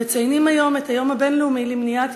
אנו מציינים היום את היום הבין-לאומי למניעת